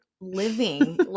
living